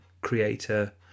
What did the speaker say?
creator